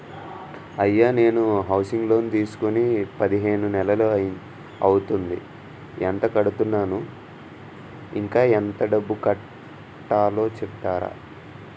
అయ్యా నేను housing loan తీసుకొని పదిహేను నెలలు అవుతోందిఎంత కడుతున్నాను, ఇంకా ఎంత డబ్బు కట్టలో చెప్తారా?